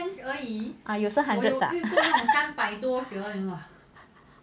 有时 hundreds ah